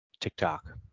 TikTok